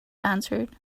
answered